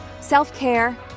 self-care